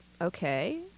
okay